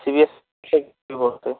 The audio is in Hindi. सी बी एस ई बोर्ड से